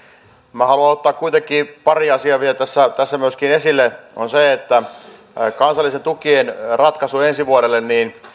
minä haluan kuitenkin ottaa pari asiaa vielä tässä tässä myöskin esille kansallisten tukien ratkaisu ensi vuodelle